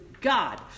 God